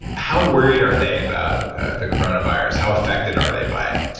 how worried are they about the coronavirus? how affected are they by it?